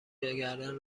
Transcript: گردن